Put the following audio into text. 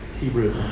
Hebrew